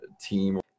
team